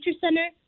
center